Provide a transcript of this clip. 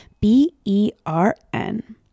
B-E-R-N